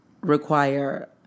require